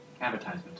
advertisement